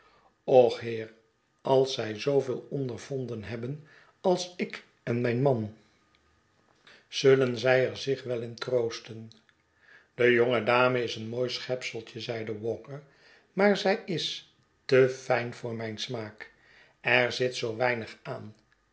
och heer als zij zooveel ondervonden hebben als ik en mijn man zullen zij er zich wel in troosten de jonge dame is een mooi schepseltje zeide walker maar zij is te fijn voor mijn smaak er zit zoo weinig aan